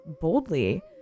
boldly